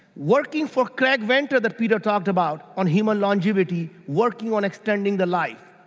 working for craig venture that peter talked about on hemo longevity, working on extending the life.